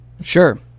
Sure